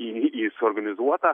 į į suorganizuota